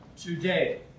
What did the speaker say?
today